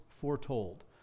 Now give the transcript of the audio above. foretold